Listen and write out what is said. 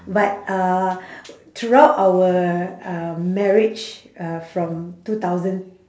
but uh throughout our uh marriage uh from two thousand